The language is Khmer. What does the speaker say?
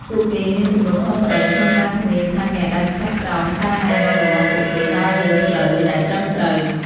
ពួកគេមានទំនួលខុសត្រូវក្នុងការធានាថាអ្នកដែលស្ថិតក្រោមការណែនាំរបស់ពួកគេដើរលើផ្លូវដែលត្រឹមត្រូវ។